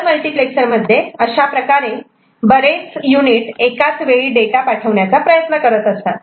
nibble multiplexer मध्ये अशाप्रकारे बरेच युनिट एकाच वेळी डाटा पाठवण्याचा प्रयत्न करत असतात